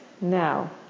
Now